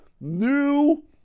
new